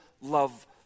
love